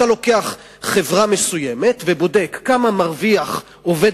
אתה לוקח חברה מסוימת ובודק כמה מרוויח עובד